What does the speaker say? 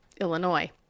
Illinois